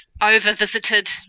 over-visited